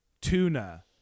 tuna